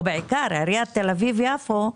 או בעיקר עיריית תל אביב-יפו,